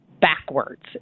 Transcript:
backwards